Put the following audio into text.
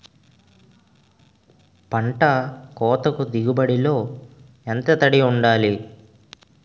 పంట కోతకు దిగుబడి లో ఎంత తడి వుండాలి?